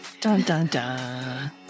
Dun-dun-dun